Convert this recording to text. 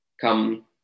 come